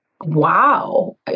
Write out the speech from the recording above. wow